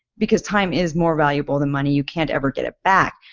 because time is more valuable than money. you can't ever get it back.